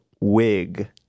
wig